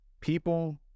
people